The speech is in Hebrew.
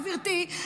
גברתי,